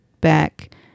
back